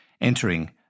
entering